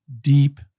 deep